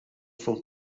from